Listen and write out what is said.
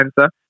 answer